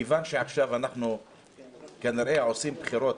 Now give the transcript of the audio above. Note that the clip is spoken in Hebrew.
מכיוון שעכשיו אנחנו כנראה עושים בחירות